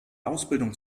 ausbildung